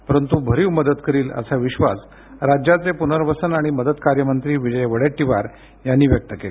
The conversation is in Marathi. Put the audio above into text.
परंतू भरीव मदत करील असा विश्वास राज्याचे पुनर्वसन आणि मदत कार्य मंत्री विजय वडेट्टीवार यांनी व्यक्त केला आहे